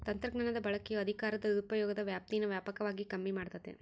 ತಂತ್ರಜ್ಞಾನದ ಬಳಕೆಯು ಅಧಿಕಾರದ ದುರುಪಯೋಗದ ವ್ಯಾಪ್ತೀನಾ ವ್ಯಾಪಕವಾಗಿ ಕಮ್ಮಿ ಮಾಡ್ತತೆ